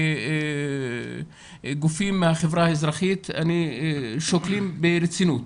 וגופים מהחברה האזרחית שוקלים ברצינות